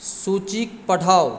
सूची पठाउ